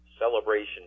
Celebration